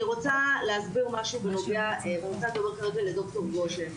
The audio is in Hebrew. אני רוצה להסביר משהו בנוגע לדוקטור גושן,